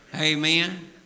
Amen